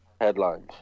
headlines